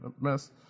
mess